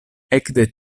ekde